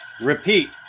Repeat